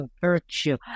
virtue